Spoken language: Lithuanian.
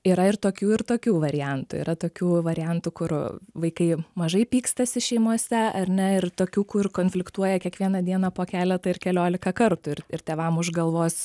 yra ir tokių ir tokių variantų yra tokių variantų kur vaikai mažai pykstasi šeimose ar ne ir tokių kur konfliktuoja kiekvieną dieną po keletą ir keliolika kartų ir ir tėvam už galvos